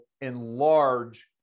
enlarge